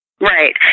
Right